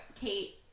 Kate